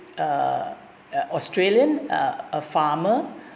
uh australian uh a farmer